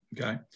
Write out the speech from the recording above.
Okay